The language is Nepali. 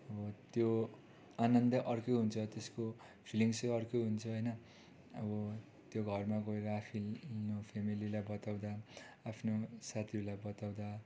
अब त्यो आनन्द अर्कै हुन्छ त्यसको फिलिङ्ग्सै अर्कै हुन्छ होइन अब त्यो घरमा गएर आफ्नो फेमिलीलाई बताउँदा आफ्नो साथीहरूलाई बताउँदा